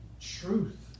truth